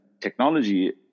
technology